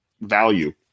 value